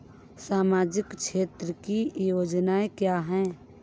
सामाजिक क्षेत्र की योजनाएँ क्या हैं?